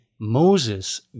Moses